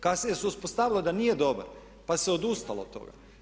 Kasnije se uspostavilo da nije dobar, pa se odustalo od toga.